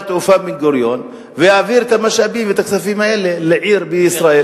התעופה בן-גוריון ויעביר את המשאבים ואת הכספים האלה לעיר בישראל.